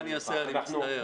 מה אני אעשה, אני מצטער.